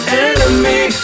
enemy